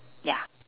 ya